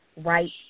right